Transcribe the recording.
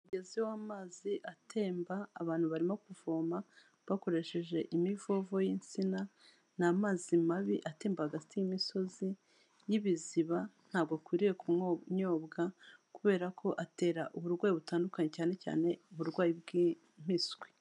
Umugezi w'amazi atemba abantu barimo kuvoma bakoresheje imivovo y'insina. Ni amazi mabi atemba hagati y'imisozi y'ibiziba, ntabwo akwiriye kunyobwa kubera ko atera uburwayi butandukanye cyane cyane uburwayi bw'impiswi.